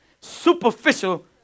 superficial